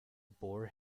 bore